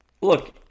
Look